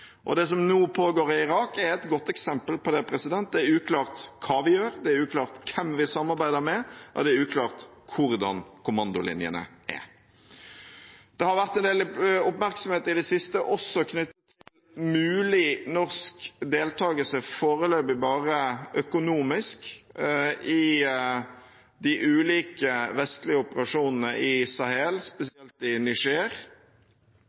bidrag. Det som nå pågår i Irak, er et godt eksempel på det. Det er uklart hva vi gjør, det er uklart hvem vi samarbeider med, og det er uklart hvordan kommandolinjene er. Det har også vært en del oppmerksomhet i det siste knyttet til mulig norsk deltakelse – foreløpig bare økonomisk – i de ulike vestlige operasjonene i Sahel,